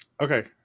Okay